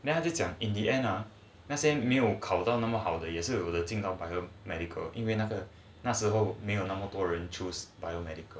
then 他就讲 in the end ah 那些没有考到那么好的也是进到 biomedical 因为那个那时候没有那么多人 choose biomedical